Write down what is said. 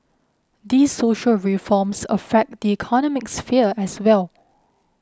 these social reforms affect the economic sphere as well